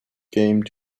game